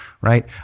right